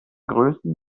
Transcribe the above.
größen